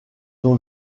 ont